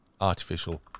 artificial